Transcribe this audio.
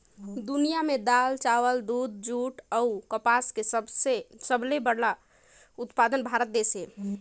दुनिया में दाल, चावल, दूध, जूट अऊ कपास के सबले बड़ा उत्पादक भारत देश हे